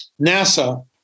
NASA